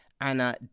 Anna